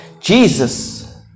Jesus